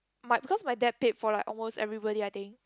my because my dad pay for like almost everybody I think